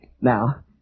Now